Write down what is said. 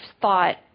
thought